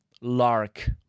Lark